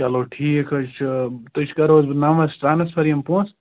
چلو ٹھیٖک حظ چھُ تُہۍ چھِ کَرو حظ بہٕ نَمبرَس ٹرٛانَسفَر یِم پونٛسہٕ